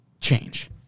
change